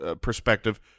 perspective